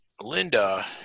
Linda